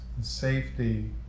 Safety